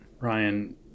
Ryan